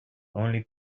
only